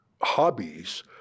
hobbies